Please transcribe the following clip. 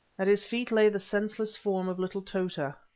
at his feet lay the senseless form of little tota,